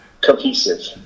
cohesive